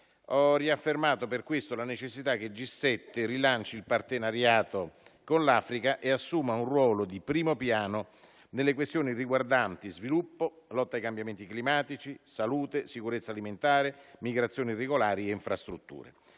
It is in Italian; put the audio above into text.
Ho riaffermato per questo la necessità che il G7 rilanci il partenariato con l'Africa e assuma un ruolo di primo piano nelle questioni riguardanti sviluppo, lotta ai cambiamenti climatici, salute, sicurezza alimentare, migrazioni regolari e infrastrutture.